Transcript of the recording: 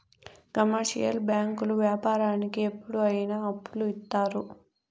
commercial బ్యాంకులు వ్యాపారానికి ఎప్పుడు అయిన అప్పులు ఇత్తారు